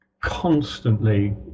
constantly